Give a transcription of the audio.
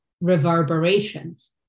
reverberations